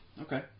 Okay